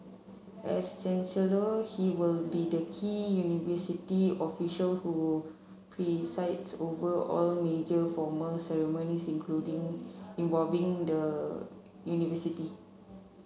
as chancellor he will be the key university official who presides over all major formal ceremonies including involving the university